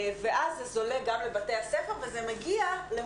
ואז זה זולג גם לבתי הספר וזה מגיע למחוזות